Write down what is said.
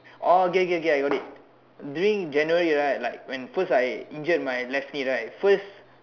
oh okay okay I got it during January right like when first I injured my left knee right first